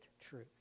truth